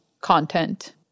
content